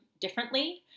differently